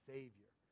Savior